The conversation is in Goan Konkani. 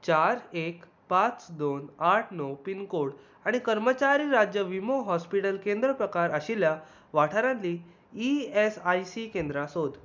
चार एक पांच दोन आठ णव पिनकोड आनी कर्मचारी राज्य विमो हॉस्पिटल केंद्र प्रकार आशिल्ल्या वाठारांतली ई एस आय सी केंद्रां सोद